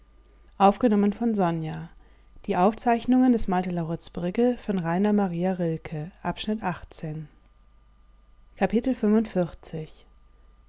die aufzeichnungen des malte laurids brigge von rilke